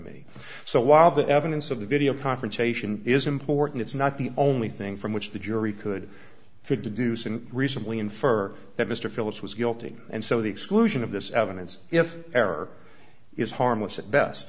me so while the evidence of the video confrontation is important it's not the only thing from which the jury could fit to do so and recently infer that mr phillips was guilty and so the exclusion of this evidence if error is harmless at best